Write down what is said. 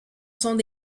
sont